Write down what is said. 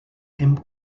hem